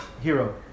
hero